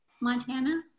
Montana